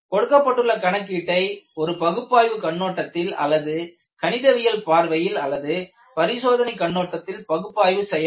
கொடுக்கப்பட்டுள்ள கணக்கீட்டை ஒரு பகுப்பாய்வுக் கண்ணோட்டத்தில் அல்லது கணிதவியல் பார்வையில் அல்லது பரிசோதனை கண்ணோட்டத்தில் பகுப்பாய்வு செய்ய வேண்டும்